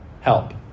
help